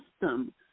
system